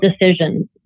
decisions